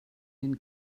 den